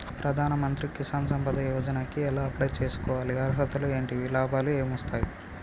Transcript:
ప్రధాన మంత్రి కిసాన్ సంపద యోజన కి ఎలా అప్లయ్ చేసుకోవాలి? అర్హతలు ఏంటివి? లాభాలు ఏమొస్తాయి?